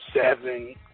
seven